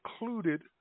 included